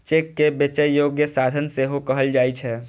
cheque कें बेचै योग्य साधन सेहो कहल जाइ छै